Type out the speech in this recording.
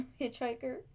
hitchhiker